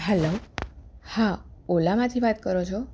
hello હા ઓલામાંથી વાત કરો છો